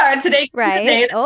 today